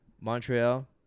Montreal